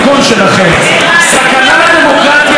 סכנה לדמוקרטיה, גזענות.